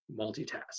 multitask